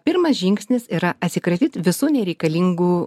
pirmas žingsnis yra atsikratyt visų nereikalingų